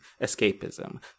escapism